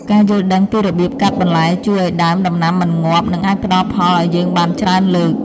ការយល់ដឹងពីរបៀបកាត់បន្លែជួយឱ្យដើមដំណាំមិនងាប់ និងអាចផ្តល់ផលឱ្យយើងបានច្រើនលើក។